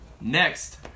next